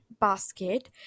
basket